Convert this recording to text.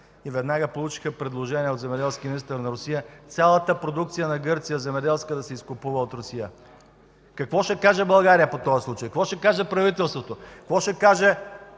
и веднага получиха предложение от земеделския министър на Русия цялата земеделска продукция на Гърция да се изкупува от Русия. Какво ще каже България по този случай, какво ще каже правителството, какво ще кажат